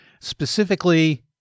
specifically